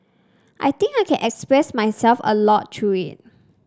I think I can express myself a lot through it